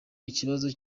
ikibazo